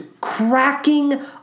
cracking